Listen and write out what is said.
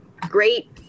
great